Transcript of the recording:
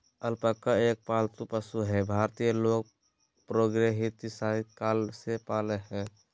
alpaca एक पालतू पशु हई भारतीय लोग प्रागेतिहासिक काल से पालय हई